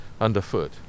underfoot